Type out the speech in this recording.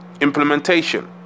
implementation